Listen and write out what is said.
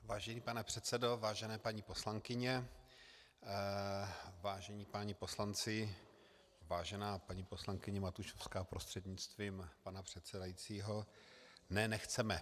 Vážený pane předsedo, vážené paní poslankyně, vážení páni poslanci, vážená paní poslankyně Matušovská prostřednictvím pana předsedajícího, ne, nechceme.